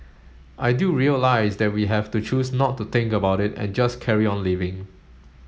I do realise that we have to choose not to think about it and just carry on living